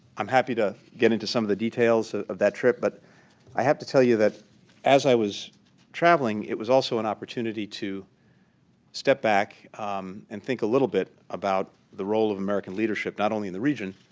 i'm happy to get into some of the details of that trip. but i have to tell you that as i was travelling it was also an opportunity to step back and think a little bit about the role of american leadership, not only in the region,